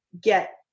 get